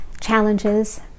challenges